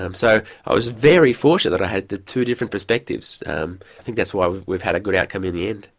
um so i was very fortunate that i had the two different perspectives. i um think that's why we've had a good outcome in the end.